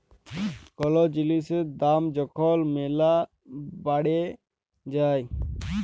call জিলিসের দাম যখল ম্যালা বাইড়ে যায়